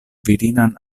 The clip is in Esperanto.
virinan